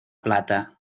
plata